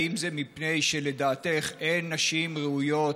האם זה מפני שלדעתך אין נשים ראויות,